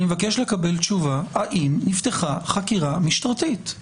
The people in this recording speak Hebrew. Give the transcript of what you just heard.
אני מבקש לקבל תשובה האם נפתחה חקירה משטרתית,